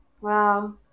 Wow